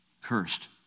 Cursed